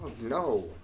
no